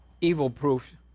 evil-proof